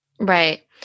Right